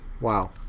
wow